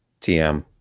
TM